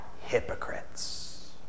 hypocrites